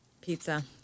Pizza